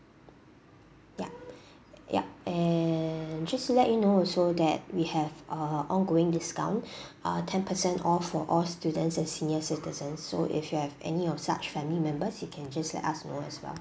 yup yup and just to let you know also that we have uh ongoing discount uh ten percent off for all students and senior citizens so if you have any of such family members you can just let us know as well